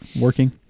working